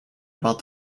about